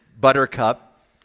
Buttercup